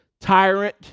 tyrant